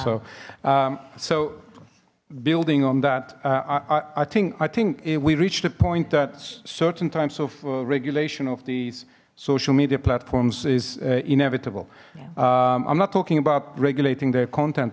so so building on that i i think i think we reach the point that certain times of regulation of these social media platforms is inevitable i'm not talking about regulating their content